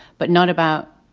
but not about.